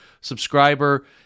subscriber